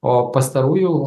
o pastarųjų